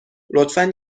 لطفا